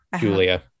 julia